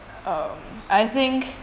um I think